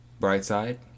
Brightside